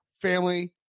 family